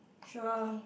sure